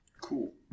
cool